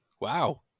Wow